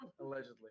Allegedly